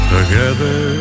Together